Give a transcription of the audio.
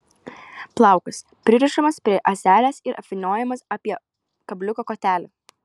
plaukas pririšamas prie ąselės ir apvyniojamas apie kabliuko kotelį